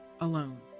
alone